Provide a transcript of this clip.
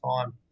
time